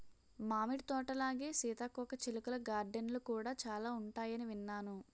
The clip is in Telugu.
మామిడి తోటలాగే సీతాకోకచిలుకల గార్డెన్లు కూడా చాలా ఉంటాయని విన్నాను